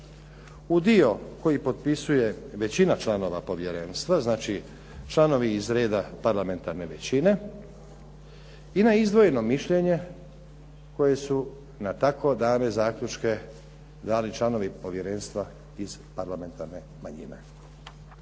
U dio koji potpisuje većina članova povjerenstva, znači članovi iz reda parlamentarne većine i na izdvojeno mišljenje koje su na tako dane zaključke dali članovi povjerenstva iz parlamentarne manjine.